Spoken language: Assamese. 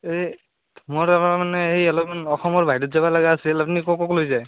এই মোৰ তাৰপৰা মানে এই অলপমান অসমৰ বাহিৰত যাব লগা আছিল আপুনি ক' ক'ত লৈ যায়